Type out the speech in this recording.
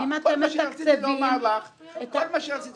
כל מה שרציתי לומר לך אדוני,